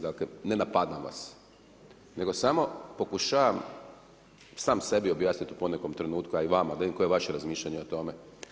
Dakle, ne napadam vas nego samo pokušavam sam sebi objasniti u ponekom trenutku, a i vama da vidim koje je razmišljanje o tome.